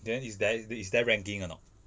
then is there is there ranking or not